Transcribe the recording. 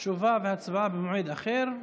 תשובה והצבעה במועד אחר.